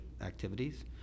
activities